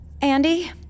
Andy